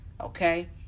okay